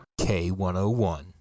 K101